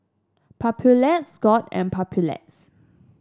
Papulex Scott's and Papulex